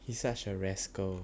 essential rascal